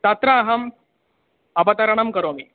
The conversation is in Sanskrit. तत्र अहम् अवतरणं करोमि